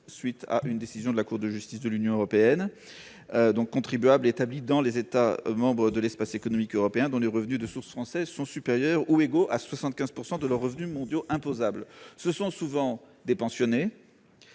suite d'une décision de la Cour de justice de l'Union européenne, c'est-à-dire aux contribuables établis dans les États membres de l'Espace économique européen dont les revenus de source française sont supérieurs ou égaux à 75 % de leurs revenus mondiaux imposables. Il s'agit souvent de pensionnés.